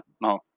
No